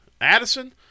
Addison